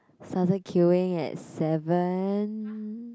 started queuing at seven